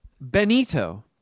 benito